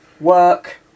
work